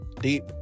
deep